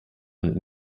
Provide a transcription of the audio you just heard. und